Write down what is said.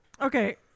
Okay